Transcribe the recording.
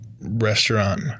restaurant